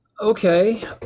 okay